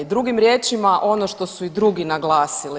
Drugim riječima, ono što su i drugi naglasili.